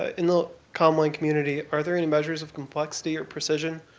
in the conlang community are there any measures of complexity, or precision,